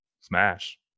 Smash